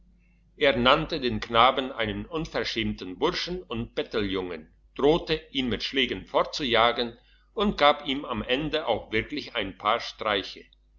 er nannte den knaben einen unverschämten burschen und betteljungen drohte ihn mit schlägen fortzujagen und gab ihm am ende auch wirklich ein paar streiche